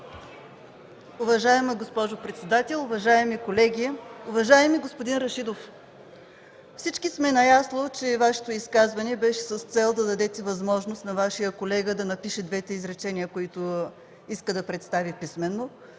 Уважаема госпожо председател, уважаеми колеги, уважаеми господин Рашидов, всички сме наясно, че Вашето изказване беше с цел да дадете възможност на Вашия колега да напише двете изречения, които иска да представи писмено.